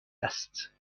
است